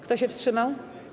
Kto się wstrzymał?